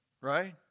Right